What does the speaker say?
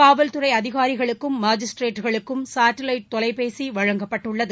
காவல்துறை அதிகாரிகளுக்கும் மேஜிஸ்ட்ரேட்டுகளுக்கும் சாட்டிலைட் தொலைபேசி வழங்கப்பட்டுள்ளது